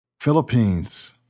Philippines